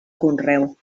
conreu